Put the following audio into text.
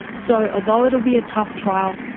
so although it will be a tough trial,